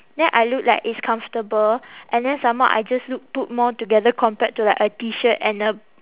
then I look like it's comfortable and then some more I just look put more together compared to like a T shirt and a